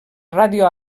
ràdio